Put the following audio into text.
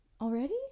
already